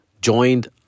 joined